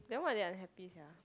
then why are they unhappy sia